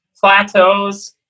plateaus